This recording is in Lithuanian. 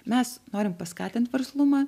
mes norim paskatint verslumą